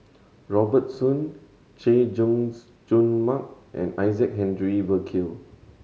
Robert Soon Chay Jung Jun Mark and Isaac Henry Burkill